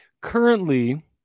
currently